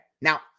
Now